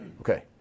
Okay